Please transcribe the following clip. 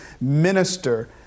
minister